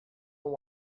know